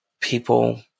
people